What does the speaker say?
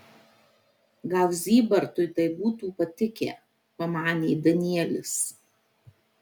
gal zybartui tai būtų patikę pamanė danielis